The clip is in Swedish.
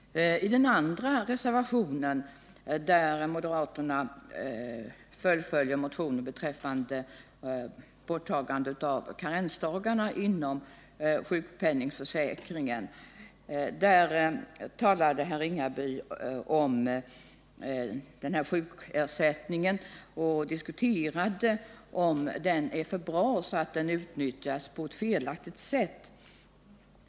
I den andra reservationen följer moderaterna upp en motion om införande av karensdagar inom sjukpenningförsäkringen. Per-Eric Ringaby diskuterade frågan om sjukersättningen är för bra och om den därför utnyttjas på ett felaktigt sätt.